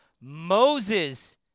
Moses